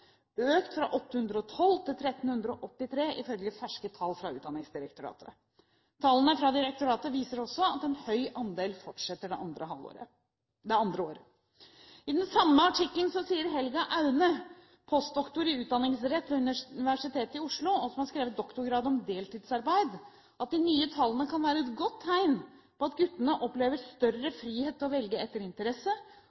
økt fra 812 til 1 383 ifølge ferske tall fra Utdanningsdirektoratet. Tallene fra direktoratet viser også at en høy andel fortsetter det andre året. I den samme artikkelen sier Helga Aune, postdoktor i utdanningsrett ved Universitetet i Oslo, og som har skrevet doktorgrad om deltidsarbeid, at de nye tallene «kan være et tegn på at guttene opplever større